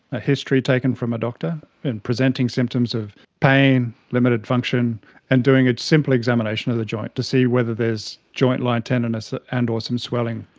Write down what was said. a history taken from a doctor and presenting symptoms of pain, limited function and doing a simple examination of the joint to see whether there is joint line tenderness ah and or some swelling